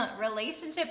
relationship